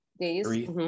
days